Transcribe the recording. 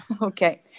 okay